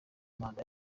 manda